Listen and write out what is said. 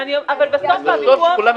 אבל כולם התחייבו,